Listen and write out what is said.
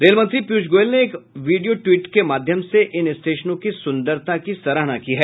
rail मंत्री पीयूष गोयल ने एक वीडियो ट्वीट के माध्यम से इन स्टेशनों की सुंदरता की सराहना की है